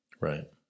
right